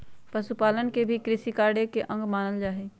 पशुपालन के भी कृषिकार्य के अंग मानल जा हई